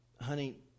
Honey